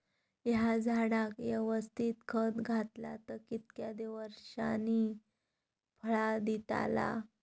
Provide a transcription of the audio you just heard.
हया झाडाक यवस्तित खत घातला तर कितक्या वरसांनी फळा दीताला?